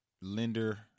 lender